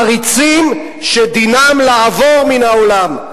עריצים שדינם לעבור מן העולם.